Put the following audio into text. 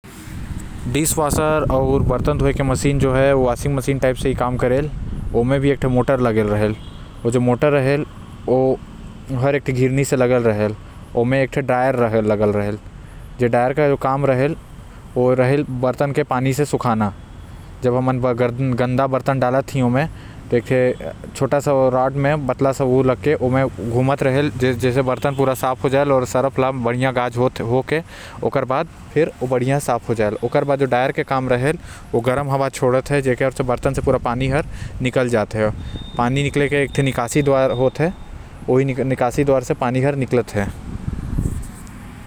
जो बर्तन धोए के मशीन है ओ भी वाशिंग मशीन जैसे ही काम करेल आऊ उमा भी मोटर लगे रहते। ओ जो मोटर रहल ओ भी एगो घिरनि से जुडे रहल आऊ जो ड्रायर रहल ओकर काम हे बर्तन के पानी से सुखाना। ड्रायर जो हे ओ गरम हवा छोड़ते।